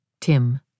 Tim